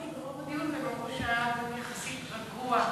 והם אמרו שהיה דיון יחסית רגוע.